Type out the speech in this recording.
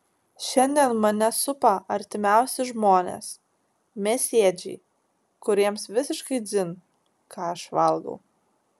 šiandien mane supa artimiausi žmonės mėsėdžiai kuriems visiškai dzin ką aš valgau